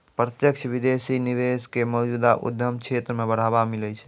प्रत्यक्ष विदेशी निवेश क मौजूदा उद्यम क्षेत्र म बढ़ावा मिलै छै